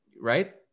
right